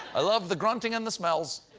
i love the grunting and the smells.